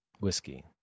whiskey